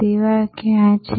સેવા ક્યાં છે